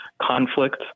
conflict